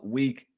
week